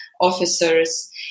officers